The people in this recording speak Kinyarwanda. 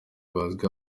bazwi